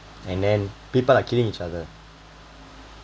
and then people are killing each other